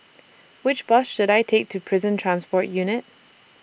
Which Bus should I Take to Prison Transport Unit